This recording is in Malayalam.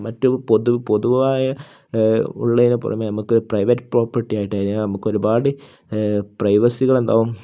മറ്റു പൊതു പൊതുവായ ഉള്ളതിന് പുറമേ നമുക്ക് പ്രൈവറ്റ് പ്രോപ്പർട്ടി ആയിട്ട് കഴിഞ്ഞാൽ നമുക്കൊരുപാട് പ്രൈവസികൾ ഉണ്ടാവും